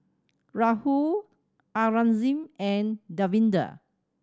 Rahul Aurangzeb and Davinder